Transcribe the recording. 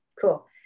cool